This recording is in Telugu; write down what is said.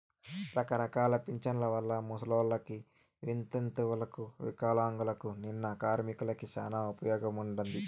రకరకాల పింఛన్ల వల్ల ముసలోళ్ళకి, వితంతువులకు వికలాంగులకు, నిన్న కార్మికులకి శానా ఉపయోగముండాది